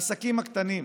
העסקים הקטנים,